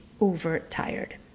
overtired